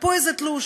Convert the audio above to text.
פה איזה תלוש,